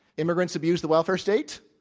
immigrants have used the welfare state.